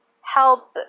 help